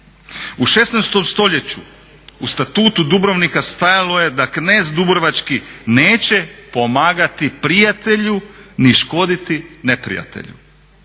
U 16.-tom stoljeću u Statutu Dubrovnika stajalo je da knez dubrovački neće pomagati prijatelju ni škoditi neprijatelju.